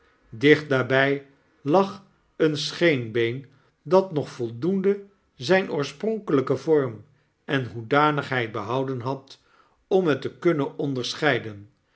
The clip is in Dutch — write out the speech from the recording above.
dicht daarbij lag een scheenbeen dat nog voldoende zyn oorspronkelyken vorm en hoedanigheid behouden had om het te kunnen onderscheiden